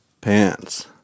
Pants